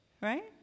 right